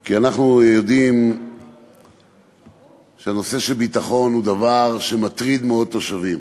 כי אנחנו יודעים שהנושא של ביטחון הוא דבר שמטריד מאוד תושבים.